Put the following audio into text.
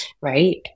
right